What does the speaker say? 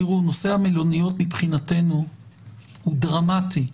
תראו, נושא המלוניות מבחינתנו הוא דרמטי.